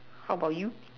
how about you